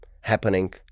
happening